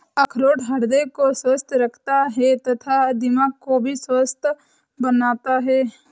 अखरोट हृदय को स्वस्थ रखता है तथा दिमाग को भी स्वस्थ बनाता है